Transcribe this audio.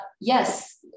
yes